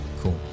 cool